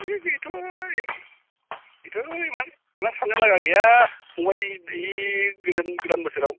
बेथ' एरै बेथ' एमान एमान साननो लागा गैया फंबाय गोजोन गोदान बोसोराव